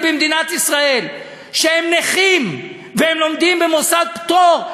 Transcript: במדינת ישראל שהם נכים והם לומדים במוסד פטור,